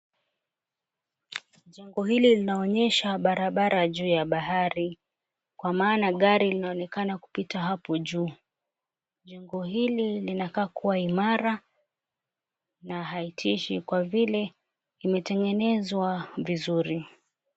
Jengo hili linaonyesha barabara juu ya bahari kwa maana gari linaonekana kupita hapo juu. Jengo hili linakaa kuwa imara na haitishi kwa vile imetengenezwa vizuri.